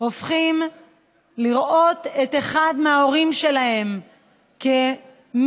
הם הופכים לראות את אחד מההורים שלהם כמי